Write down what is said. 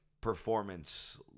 performance